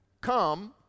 Come